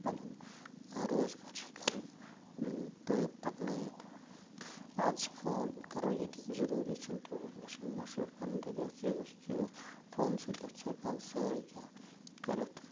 پَنُن روزگار چھِ ہٮ۪کان پٕے پَکنٲیِتھ آز چھِ فون کَرَو یٔتی ضروٗری چھِنہٕ طور گژھٕ ؤنۍ مشوَر کَرُن تٔتی آسہِ چیٖزَس چیٖزَس فونسٕے پٮ۪ٹھ چھِ ہٮ۪کان سٲرٕے کیٚنہہ کٔرِتھ